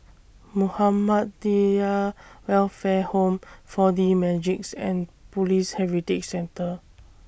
Muhammadiyah Welfare Home four D Magix and Police Heritage Centre